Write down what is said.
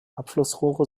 abflussrohre